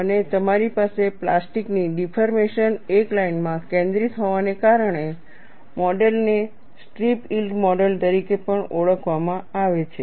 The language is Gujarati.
અને તમારી પાસે પ્લાસ્ટિકની ડિફોર્મેશન એક લાઇનમાં કેન્દ્રિત હોવાને કારણે મોડેલને સ્ટ્રીપ યીલ્ડ મોડેલ તરીકે પણ ઓળખવામાં આવે છે